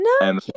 No